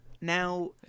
Now